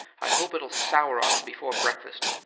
i hope it'll sour on em before breakfast.